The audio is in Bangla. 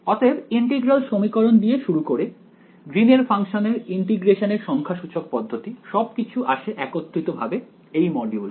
অতএব ইন্টিগ্রাল সমীকরণ দিয়ে শুরু করে গ্রীন এর ফাংশনের ইন্টিগ্রেশনের সংখ্যাসূচক পদ্ধতি সবকিছু আসে একত্রিত ভাবে এই মডিউলে